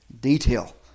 detail